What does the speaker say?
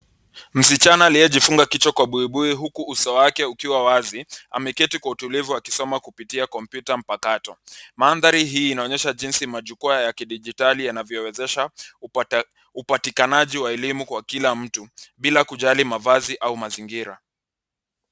Msichana aliyejifunga kichwa kwa buibui huku uso wake ukiwa wazi, ameketi kwa utulivu akisoma kupitia kompyuta mpakato. Mandhari hii inaonyesha jinsi majukwaa ya kidijitali yanavyowezesha upatikanaji wa elimu kwa kila mtu, bila kujali mavazi au mazingira.